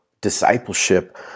discipleship